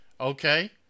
Okay